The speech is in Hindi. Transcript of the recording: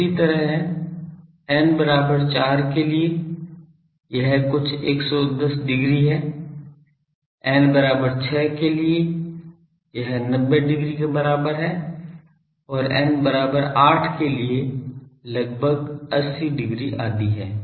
इसी तरह n बराबर 4 के लिए यह कुछ 110 डिग्री है n बराबर 6 के लिए यह 90 डिग्री के बराबर है और n बराबर 8 के लिए लगभग 80 डिग्री आदि है